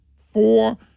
four